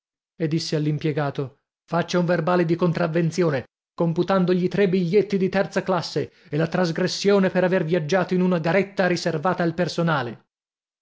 e disse all'impiegato faccia un verbale di contravvenzione computandogli tre biglietti di terza classe e la trasgressione per aver viaggiato in una garetta riservata al personale